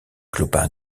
clopin